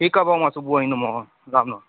ठीकु आहे भाऊ मां सुबूह जो ईंदोमांव राम राम